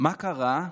מה קרה?